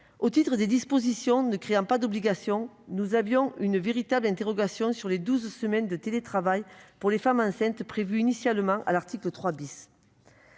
Au titre des dispositions ne créant pas d'obligations, nous avions une véritable interrogation sur les douze semaines de télétravail pour les femmes enceintes, prévues initialement à l'article 3 .